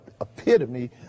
epitome